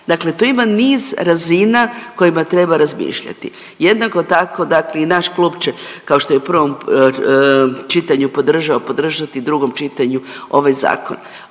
dakle tu ima niz razina o kojima treba razmišljati. Jednako tako dakle i naš klub će kao što je i u prvom čitanju podržao podržati i u drugom čitanju ovaj zakon